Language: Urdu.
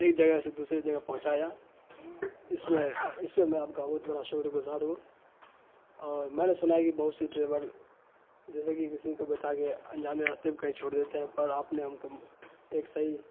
ایک جگہ سے دوسری جگہ پہنچایا اس میں اس میں میں آپ کا بہت بڑا شکر گزار ہوں اور میں نے سنا ہے کہ بہت سے ڈرائیور جیسے کہ کسی کو بٹھا کے انجانے راستے پہ کہیں چھوڑ دیتے ہیں پر آپ نے ہم کو ایک صحیح